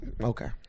Okay